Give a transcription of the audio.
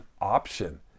option